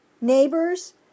neighbors